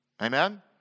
Amen